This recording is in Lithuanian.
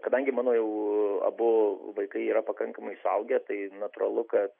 kadangi mano jau abu vaikai yra pakankamai suaugę tai natūralu kad